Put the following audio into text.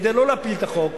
כדי לא להפיל את החוק,